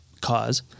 cause